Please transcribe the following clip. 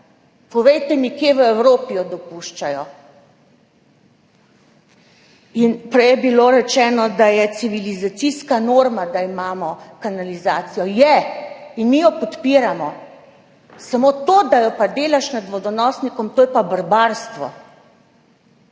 Povejte mi, kje v Evropi jo dopuščajo. Prej je bilo rečeno, da je civilizacijska norma, da imamo kanalizacijo. Je in mi jo podpiramo, samo to, da jo pa delaš nad vodonosnikom, to je pa barbarstvo,